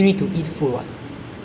or vietnam or china